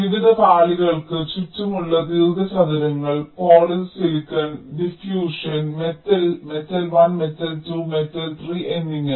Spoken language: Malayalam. വിവിധ പാളികൾക്ക് ചുറ്റുമുള്ള ദീർഘചതുരങ്ങൾ polysilicon diffusion metal metal 1 metal 2 metal 3 എന്നിങ്ങനെ